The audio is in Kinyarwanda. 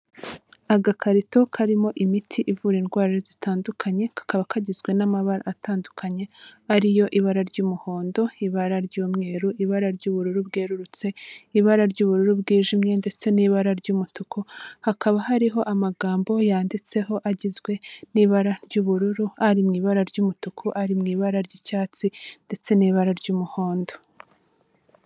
Agakarito karimo imiti ivura indwara zitandukanye kakaba kagizwe n'amabara atandukanye, ari yo: ibara ry'umuhondo, ibara ry'umweru, ibara ry'ubururu bwerurutse, ibara ry'ubururu bwijimye ndetse n'ibara ry'umutuku, hakaba hariho amagambo yanditseho agizwe n'ibara ry'ubururu, ari mu ibara ry'umutuku, ari mu ibara ry'icyatsi ndetse n'ibara ry'umuhondo.